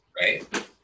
right